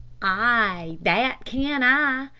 ay, that can i,